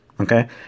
okay